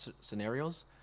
scenarios